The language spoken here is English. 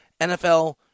NFL